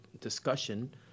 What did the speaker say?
discussion